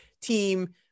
team